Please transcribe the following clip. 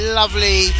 lovely